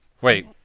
Wait